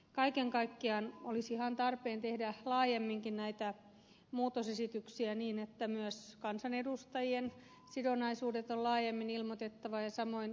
kaiken kaikkiaan olisi ihan tarpeen tehdä laajemminkin näitä muutosesityksiä niin että myös kansanedustajien sidonnaisuudet on laajemmin ilmoitettava ja samoin kunnanvaltuutettujen